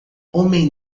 homem